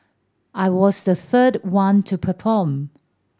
I was the third one to perform